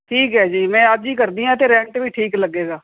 ਠੀਕ ਹੈ ਜੀ ਮੈਂ ਅੱਜ ਹੀ ਕਰਦੀ ਐਂ ਅਤੇ ਰੈਂਟ ਵੀ ਠੀਕ ਲੱਗੇਗਾ